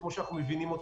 כמו שאנחנו מבינים,